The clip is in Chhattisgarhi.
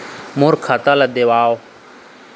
मोर खाता ला देवाव?